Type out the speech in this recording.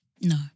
No